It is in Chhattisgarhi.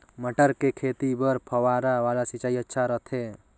मटर के खेती बर फव्वारा वाला सिंचाई अच्छा रथे?